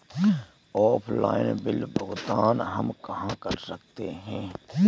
Offline bill भुगतान हम कहां कर सकते हैं?